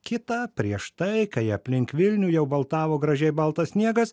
kitą prieš tai kai aplink vilnių jau baltavo gražiai baltas sniegas